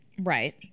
Right